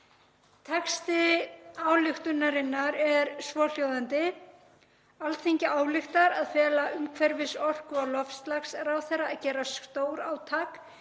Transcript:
Texti ályktunarinnar er svohljóðandi: „Alþingi ályktar að fela umhverfis-, orku- og loftslagsráðherra að gera stórátak